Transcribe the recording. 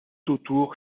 autour